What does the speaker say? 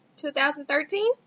2013